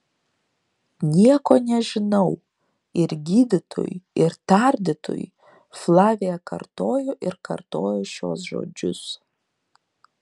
nieko nežinau ir gydytojui ir tardytojui flavija kartojo ir kartojo šiuos žodžius